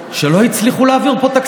לא, לא רוצה.